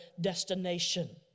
destination